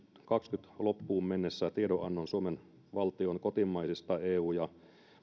kesäkuun kaksituhattakaksikymmentä loppuun mennessä tiedonannon suomen valtion kotimaisista eu